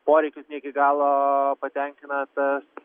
poreikius ne iki galo patenkina tas